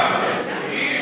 הבנתי עכשיו את תשובתך המפורטת.